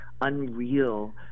Unreal